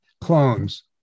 clones